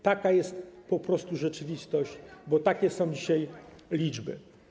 Taka jest po prostu rzeczywistość, bo takie są dzisiaj liczby.